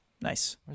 Nice